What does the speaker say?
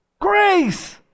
Grace